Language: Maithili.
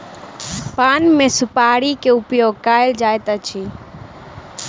पान मे सुपाड़ी के उपयोग कयल जाइत अछि